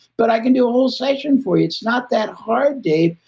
but i can do a whole session for you. it's not that hard, dave.